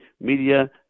media